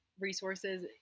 resources